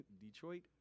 Detroit